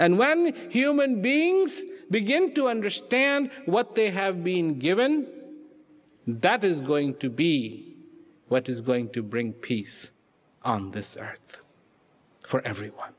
and when human beings begin to understand what they have been given that is going to be what is going to bring peace on this earth for everyone